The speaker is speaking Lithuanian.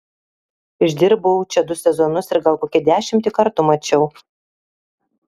išdirbau čia du sezonus ir gal kokią dešimtį kartų mačiau